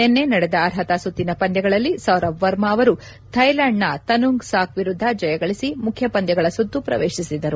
ನಿನ್ನೆ ನಡೆದ ಅರ್ಹತಾ ಸುತ್ತಿನ ಪಂದ್ಲಗಳಲ್ಲಿ ಸೌರಬ್ ವರ್ಮ ಅವರು ಥಾಯ್ಲೆಂಡ್ನ ತನುಂಗ್ ಸಾಕ್ ವಿರುದ್ದ ಜಯಗಳಿಸಿ ಮುಖ್ಯ ಪಂದ್ಲಗಳ ಸುತ್ತು ಪ್ರವೇಶಿಸಿದರು